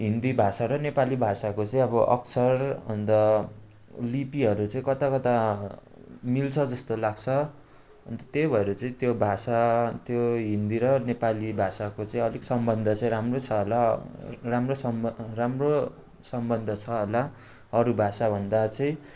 हिन्दी भाषा र नेपाली भाषाको चाहिँ अब अक्षर अन्त लिपिहरू चाहिँ कताकता मिल्छ जस्तो लाग्छ अन्त त्यही भएर चाहिँ त्यो भाषा त्यो हिन्दी र नेपाली भाषाको चाहिँ अलिक सम्बन्ध चाहिँ राम्रो छ होला राम्रो सम्ब राम्रो सम्बन्ध छ होला अरू भाषाभन्दा चाहिँ